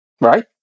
right